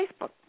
Facebook